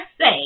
say